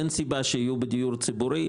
אין סיבה שיהיו בדיור ציבורי,